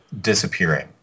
disappearing